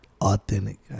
authentic